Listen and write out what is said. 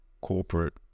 corporate